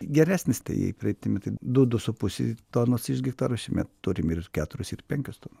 geresnis tai jei praeiti meati du du su puse tonos iš hektaro šiemet turim ir keturis ir penkios tonos